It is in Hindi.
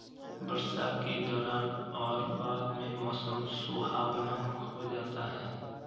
वर्षा के दौरान और बाद में मौसम सुहावना हो जाता है